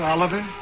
Oliver